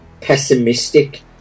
pessimistic